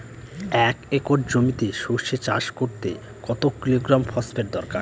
এক একর জমিতে সরষে চাষ করতে কত কিলোগ্রাম ফসফেট দরকার?